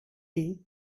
tea